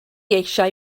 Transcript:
eisiau